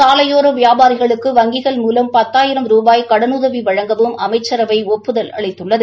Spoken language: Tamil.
சாலையோர வியாபாரிகளுக்கு வங்கிகள் மூலம் பத்தாயிரம் கடனுதவி வழங்கவும் அமைச்சரவை ஒப்புதல் அளித்துள்ளது